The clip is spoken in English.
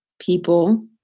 people